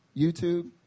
YouTube